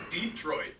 Detroit